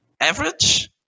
average